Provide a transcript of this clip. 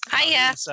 Hiya